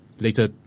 Later